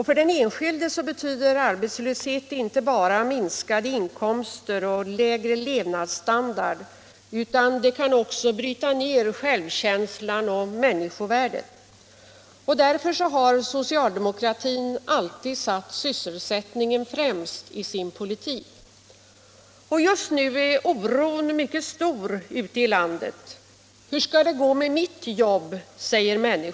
För den enskilde betyder arbetslöshet inte bara minskade inkomster och lägre levnads standard utan kan också bryta ner självkänslan och människovärdet. Därför har socialdemokratin alltid satt sysselsättningen främst i sin politik. Just nu är oron mycket stor ute i landet. Människor frågar: Hur skall det gå med mitt jobb?